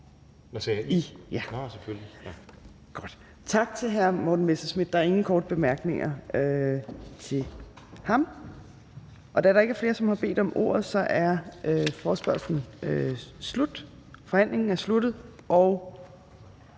Tak til hr. Morten Messerschmidt. Der er ingen korte bemærkninger. Da der ikke er flere, som har bedt om ordet, er forhandlingen sluttet.